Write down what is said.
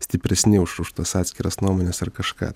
stipresni už už tas atskiras nuomones ar kažką